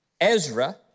Ezra